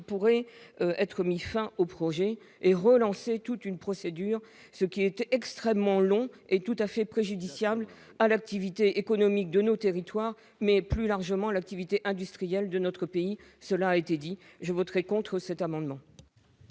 pourrait être mis fin au projet et relancer toute une procédure, ce qui était extrêmement long et tout à fait préjudiciable à l'activité économique de nos territoires, mais plus largement l'activité industrielle de notre pays, cela a été dit, je voterai contre cet amendement.